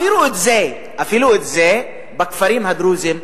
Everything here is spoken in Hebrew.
אפילו זה אין בכפרים הדרוזיים.